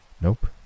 Nope